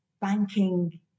Banking